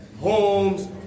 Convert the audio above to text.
homes